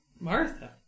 Martha